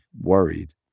worried